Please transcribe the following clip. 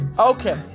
okay